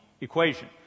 equation